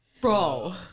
bro